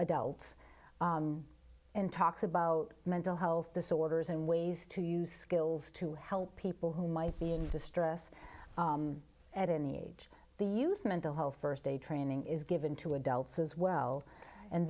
adults and talks about mental health disorders and ways to use skills to help people who might be in distress at any age the use mental health st aid training is given to adults as well and